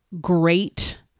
great